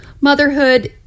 Motherhood